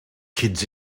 kids